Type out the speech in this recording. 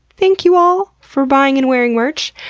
thank you all for buying and wearing merch!